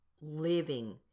living